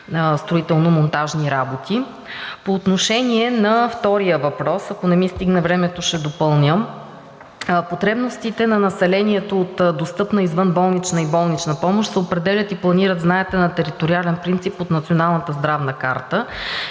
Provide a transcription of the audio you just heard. По отношение на втория въпрос – ако не ми стигне времето, ще допълня. Потребностите на населението от достъпна извънболнична и болнична помощ се определят и планират, знаете, на териториален принцип чрез Националната здравна карта.